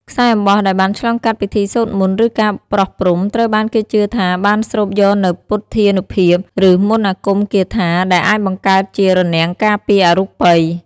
ខ្សែអំបោះដែលបានឆ្លងកាត់ពិធីសូត្រមន្ត ឬការប្រោះព្រំ ត្រូវបានគេជឿថាបានស្រូបយកនូវ ពុទ្ធានុភាព ឬមន្តអាគមគាថា ដែលអាចបង្កើតជា រនាំងការពារអរូបី ។